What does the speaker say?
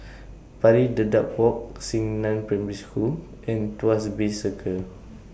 Pari Dedap Walk Xingnan Primary School and Tuas Bay Circle